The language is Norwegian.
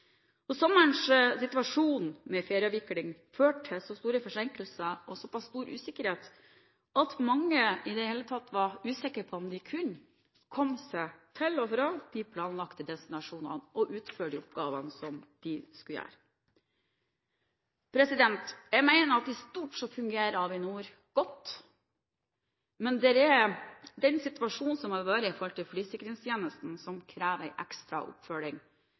Sommerens situasjon med ferieavvikling førte til så store forsinkelser og såpass stor usikkerhet at mange var usikre på om de i det hele tatt kunne komme seg til og fra de planlagte destinasjonene sine og utføre oppgavene de skulle gjøre. Jeg mener at i stort fungerer Avinor godt, men den situasjonen som har vært når det gjelder flysikringstjenesten, krever ekstra oppfølging.